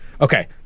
Okay